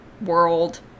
world